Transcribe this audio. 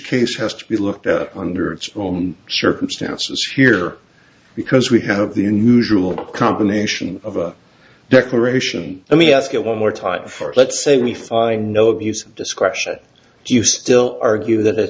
case has to be looked at under its own circumstances here because we have the in mutual combination of a declaration let me ask it one more time for let's say we find no abuse of discretion do you still argue that